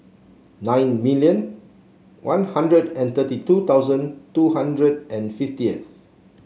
nine million One Hundred and thirty two thousand two hundred and fifties